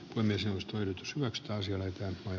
on myös toinen sm ekstaasia löytää tai